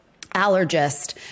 allergist